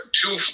two